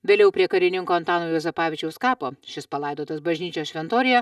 vėliau prie karininko antano juozapavičiaus kapo šis palaidotas bažnyčios šventoriuje